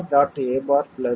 a' a'